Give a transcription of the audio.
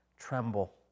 Tremble